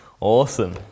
Awesome